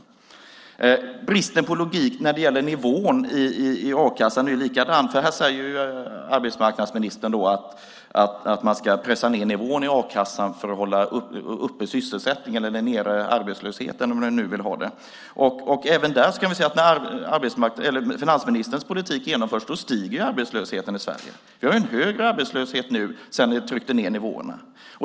Det är samma sak med bristen på logik när det gäller nivån i a-kassan. Här säger finansministern att man ska pressa ned nivån i a-kassan för att hålla sysselsättningen uppe eller arbetslösheten nere. Även där kan vi se att när finansministerns politik genomförs stiger arbetslösheten i Sverige. Vi har en högre arbetslöshet nu sedan ni tryckte ned nivåerna.